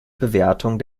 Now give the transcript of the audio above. bewertung